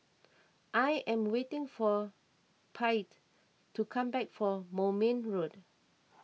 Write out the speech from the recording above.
I am waiting for Paityn to come back from Moulmein Road